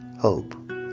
hope